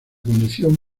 condición